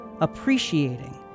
appreciating